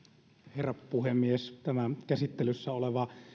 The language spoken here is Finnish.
herra puhemies tämä käsittelyssä oleva